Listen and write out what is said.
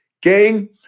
Gang